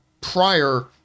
prior